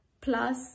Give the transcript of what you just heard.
plus